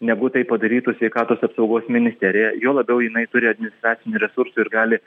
negu tai padarytų sveikatos apsaugos ministerija juo labiau jinai turi administracinį resursą gali